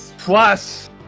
Plus